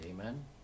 Amen